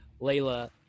Layla